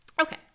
Okay